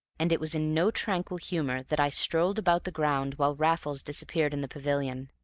and it was in no tranquil humor that i strolled about the ground while raffles disappeared in the pavilion.